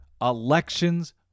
Elections